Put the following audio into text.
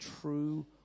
true